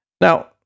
Now